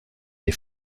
des